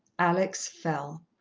alex fell.